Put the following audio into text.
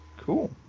Cool